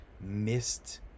missed